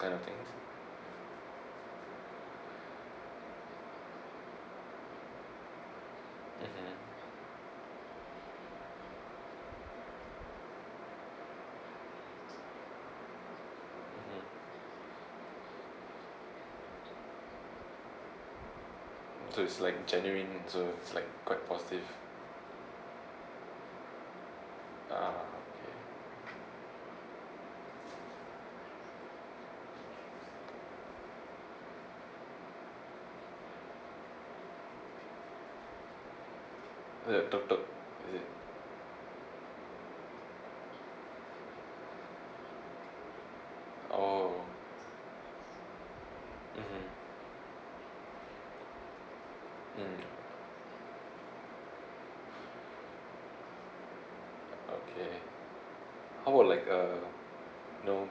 kind of thing so it's like generally so it's like quite positive ah okay uh tuk tuk is it oh mmhmm mm okay how about like uh you know